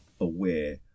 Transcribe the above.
aware